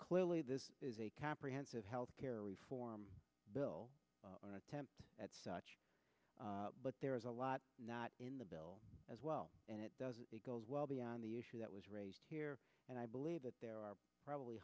clearly this is a comprehensive health care reform bill attempts at such but there is a lot not in the bill as well and it doesn't it goes well beyond the issue that was raised here and i believe that there are probably